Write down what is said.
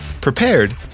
prepared